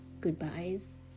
goodbyes